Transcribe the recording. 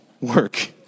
work